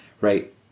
Right